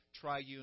triune